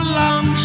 long